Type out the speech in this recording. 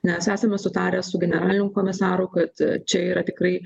nes esame sutarę su generaliniu komisaru kad čia yra tikrai